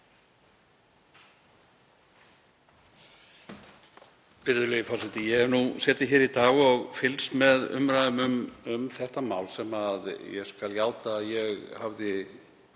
Virðulegi forseti. Ég hef nú setið hér í dag og fylgst með umræðum um þetta mál sem ég skal játa að ég hafði